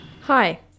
Hi